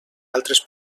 altres